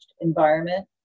environment